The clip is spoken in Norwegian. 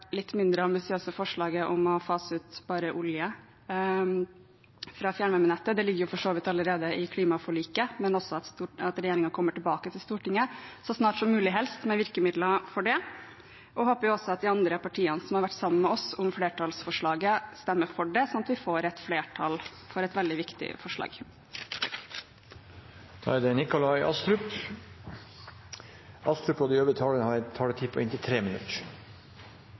litt mindre ambisiøse forslaget om å fase ut bare olje fra fjernvarmenettet – det ligger jo for så vidt allerede i klimaforliket – og at regjeringen kommer tilbake til Stortinget, helst så snart som mulig, med virkemidler for det. Vi håper også at de partiene som har vært sammen med oss om flertallsforslaget, stemmer for det, slik at vi får et flertall for et veldig viktig forslag. Jeg tok i og for seg ordet til en